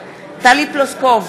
טלי פלוסקוב,